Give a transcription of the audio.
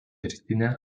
rytinę